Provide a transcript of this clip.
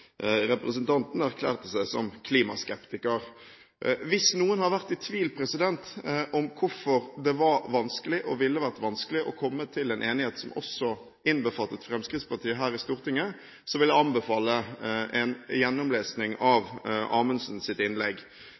representanten erklærte seg som klimaskeptiker. Hvis noen har vært i tvil om hvorfor det var vanskelig – og ville vært vanskelig – å komme til en enighet her i Stortinget som også innbefattet Fremskrittspartiet, så vil jeg anbefale en gjennomlesning av Amundsens innlegg.